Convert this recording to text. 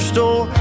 Store